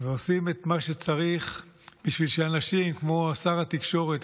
ועושים את מה שצריך בשביל שאנשים כמו שר התקשורת,